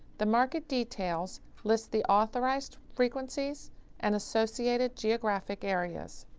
the market details lists the authorized frequencies and associated geographic areas.